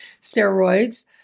steroids